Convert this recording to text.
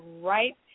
right